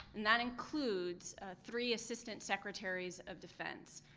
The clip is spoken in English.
and that includes three assistant secretaries of defense.